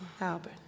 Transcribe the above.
Albert